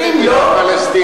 אין יהודים במדינה פלסטינית.